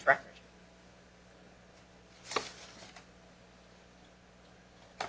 from